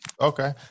Okay